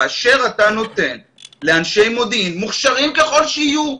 שכאשר אתה נותן לאנשי מודיעין מוכשרים ככל שיהיו,